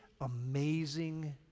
amazing